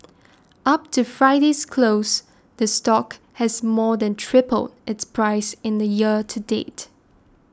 up to Friday's close the stock has more than tripled its price in the year to date